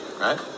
right